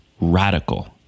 radical